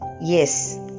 Yes